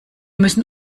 müssen